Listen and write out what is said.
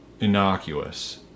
Innocuous